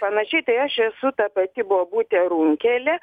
panašiai tai aš esu ta pati bobutė runkelė